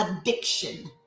addiction